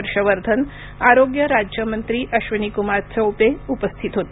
हर्षवर्धन आरोग्य राज्यमंत्री अश्वनीकुमार चौबे उपस्थित होते